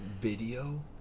Video